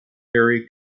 harry